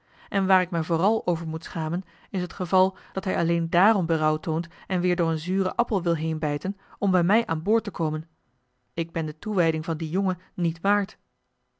en waar ik mij vooral over moet schamen is het geval dat hij alleen dààrom berouw toont en weer door een zuren appel wil heen bijten om bij mij aan boord te komen ik ben de toewijding van dien jongen niet waard